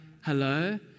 hello